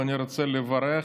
ואני רוצה לברך.